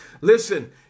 Listen